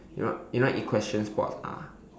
you know what you know what equestrian sports are